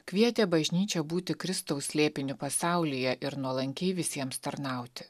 kvietė bažnyčią būti kristaus slėpiniu pasaulyje ir nuolankiai visiems tarnauti